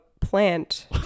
plant